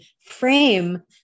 frame